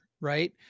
Right